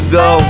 go